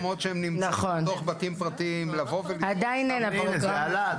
הם נמצאים בבתים פרטיים --- זה עלה,